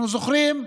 אנחנו זוכרים,